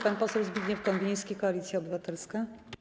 Pan poseł Zbigniew Konwiński, Koalicja Obywatelska.